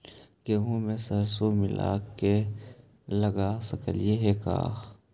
गेहूं मे सरसों मिला के लगा सकली हे का?